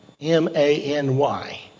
m-a-n-y